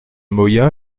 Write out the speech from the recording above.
moya